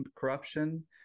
corruption